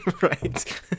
Right